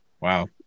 Wow